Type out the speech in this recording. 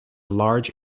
large